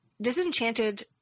Disenchanted